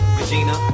Regina